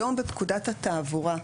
היום בפקודת התעבורה,